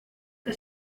que